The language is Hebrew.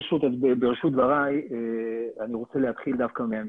בראשית דבריי אני רוצה להתחיל דווקא מהמספרים.